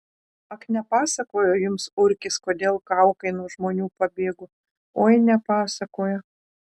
ak nepasakojo jums urkis kodėl kaukai nuo žmonių pabėgo oi nepasakojo